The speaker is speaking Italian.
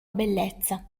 bellezza